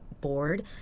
board